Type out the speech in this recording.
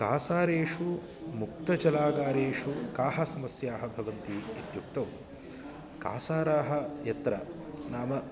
कासारेषु मुक्तजलागारेषु काः समस्याः भवन्ति इत्युक्ते कासाराः यत्र नाम